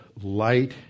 light